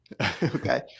Okay